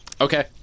okay